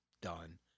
done